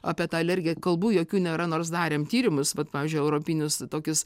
apie tą alergiją kalbų jokių nėra nors darėm tyrimus vat pavyzdžiui europinius tokius